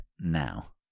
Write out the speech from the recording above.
now